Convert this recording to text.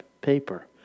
paper